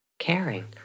caring